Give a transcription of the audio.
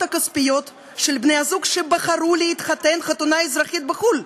הכספיות של בני-הזוג שבחרו להתחתן חתונה אזרחית בחו"ל,